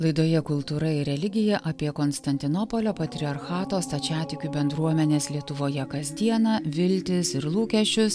laidoje kultūra ir religija apie konstantinopolio patriarchato stačiatikių bendruomenės lietuvoje kasdieną viltis ir lūkesčius